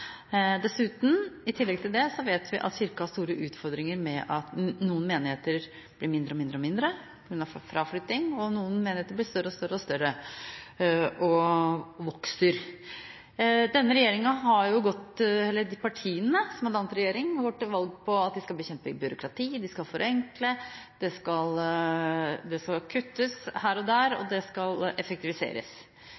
budsjett. I tillegg til dette vet vi at Kirken har store utfordringer ved at noen menigheter blir mindre og mindre på grunn av fraflytting, og noen menigheter vokser og blir større og større. Denne regjeringen – eller partiene som har dannet regjering – har gått til valg på at de skal bekjempe byråkrati, de skal forenkle, det skal kuttes her og der, og